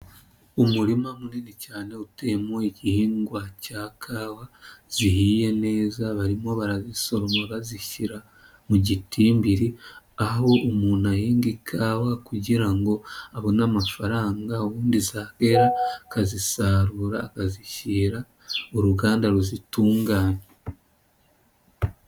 Umurima munini cyane uteyemo igihingwa cya kawa, zihiye neza barimo barazisoroma bazishyira mu gitimbiri, aho umuntu ahinga ikawa kugira ngo abone amafaranga, ubundi zakera akazisarura akazishyira uruganda ruzitunganya.